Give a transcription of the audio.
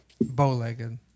bow-legged